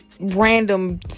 random